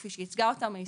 כפי שייצגה ואתם ההסתדרות.